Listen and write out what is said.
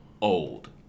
old